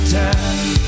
time